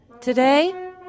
Today